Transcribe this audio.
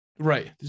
Right